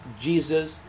Jesus